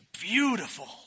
beautiful